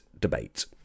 Debate